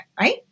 right